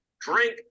drink